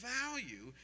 value